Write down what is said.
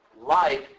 life